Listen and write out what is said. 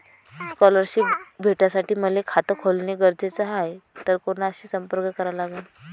Scholarship भेटासाठी मले खात खोलने गरजेचे हाय तर कुणाशी संपर्क करा लागन?